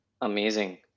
amazing